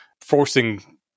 forcing